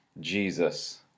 Jesus